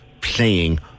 playing